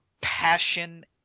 passion